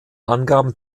angaben